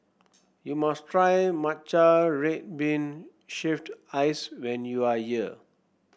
you must try Matcha Red Bean Shaved Ice when you are here